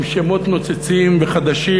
עם שמות נוצצים וחדשים.